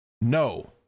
No